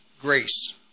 Grace